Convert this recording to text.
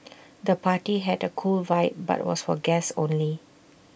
the party had A cool vibe but was for guests only